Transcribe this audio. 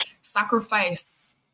sacrifice